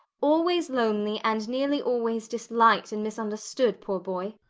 always lonely, and nearly always disliked and misunderstood, poor boy!